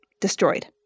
destroyed